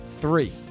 Three